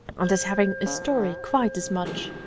and as having a story quite as much.